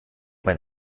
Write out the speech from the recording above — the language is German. mein